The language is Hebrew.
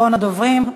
אחרון הדוברים,